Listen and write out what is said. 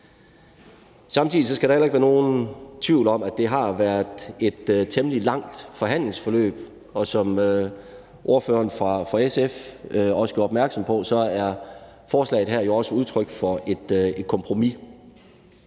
Samtidig skal der jo heller ikke være nogen tvivl om, at det har været et temmelig langt forhandlingsforløb, og som ordføreren fra SF også gjorde opmærksom på, er forslaget her jo også et udtryk for et kompromis.